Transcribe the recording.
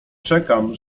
czekam